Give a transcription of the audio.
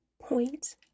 Point